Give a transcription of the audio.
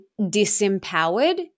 disempowered